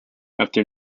after